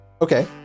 Okay